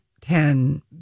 ten